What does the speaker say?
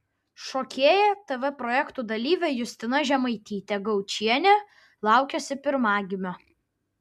šokėja tv projektų dalyvė justina žemaitytė gaučienė laukiasi pirmagimio